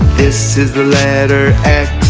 this is the letter